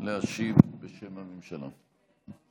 להשיב בשם הממשלה.